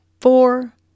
four